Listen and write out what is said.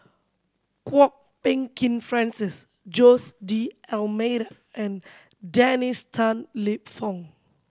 Kwok Peng Kin Francis Jose D'Almeida and Dennis Tan Lip Fong